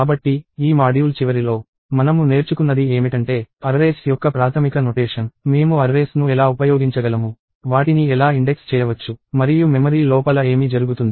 కాబట్టి ఈ మాడ్యూల్ చివరిలో మనము నేర్చుకున్నది ఏమిటంటే అర్రేస్ యొక్క ప్రాథమిక నొటేషన్ మేము అర్రేస్ ను ఎలా ఉపయోగించగలము వాటిని ఎలా ఇండెక్స్ చేయవచ్చు మరియు మెమరీ లోపల ఏమి జరుగుతుంది